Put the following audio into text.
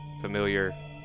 familiar